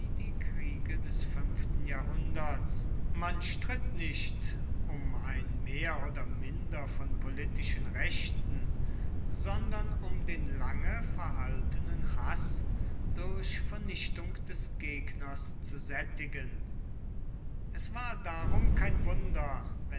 die kriege des fünften jahrhunderts man stritt nicht um ein mehr oder minder von politischen rechten sondern um den lange verhaltenen haß durch vernichtung des gegners zu sättigen es war darum kein wunder